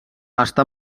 està